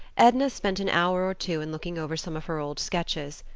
edna spent an hour or two in looking over some of her old sketches.